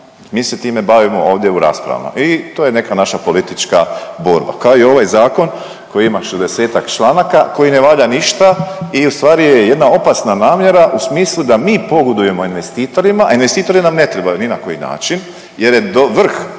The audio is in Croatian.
Mi se time bavimo ovdje u rasprava i to je neka naša politička borba kao i ovaj zakon koji ima 60-ak članaka koji ne valja ništa i ustvari je jedna opasna namjera u smislu da mi pogodujemo investitorima, a investitori nam ne trebaju ni na koji način jer je vrh